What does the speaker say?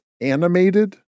animated